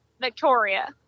Victoria